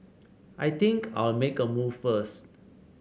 I think I'll make a move first